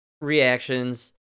reactions